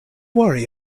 worry